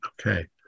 Okay